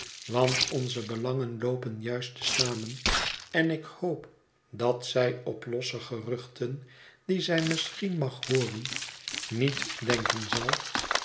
want onze belangen loopen juist te zamen en ik hoop dat zij op losse geruchten die zij misschien mag hooren niet denken zal